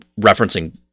referencing